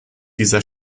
dieser